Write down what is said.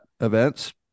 events